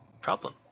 problem